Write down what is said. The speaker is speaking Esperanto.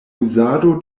uzado